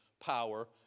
power